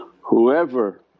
whoever